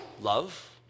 love